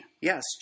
yes